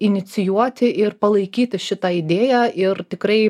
inicijuoti ir palaikyti šitą idėją ir tikrai